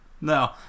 No